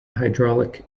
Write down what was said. hydraulic